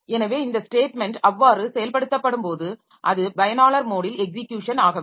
எனவே இந்த ஸ்டேட்மென்ட் அவ்வாறு செயல்படுத்தப்படும்போது அது பயனாளர் மோடில் எக்ஸிக்யூஷன் ஆகவில்லை